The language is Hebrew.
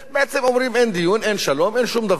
בעצם אומרים: אין דיון, אין שלום, אין שום דבר.